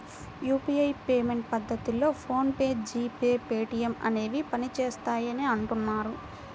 UPI payment పద్ధతిలో PhonePe, G pay, Paytm అనేవి పనిచేస్తాయని అంటున్నారు